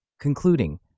Concluding